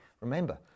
Remember